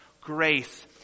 grace